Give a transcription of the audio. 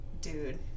dude